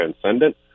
transcendent